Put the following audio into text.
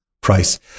price